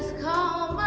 go